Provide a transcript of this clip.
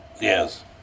Yes